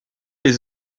les